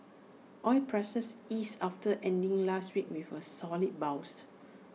oil prices eased after ending last week with A solid bounce